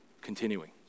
continuing